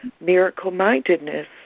miracle-mindedness